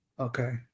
Okay